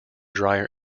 drier